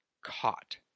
caught